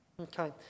Okay